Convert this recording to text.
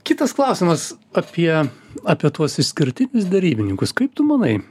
kitas klausimas apie apie tuos išskirtinius derybininkus kaip tu manai